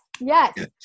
yes